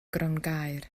grongaer